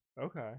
Okay